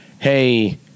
hey